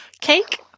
Cake